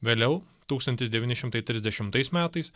vėliau tūkstantis devyni šimtai trisdešimtais metais